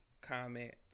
comment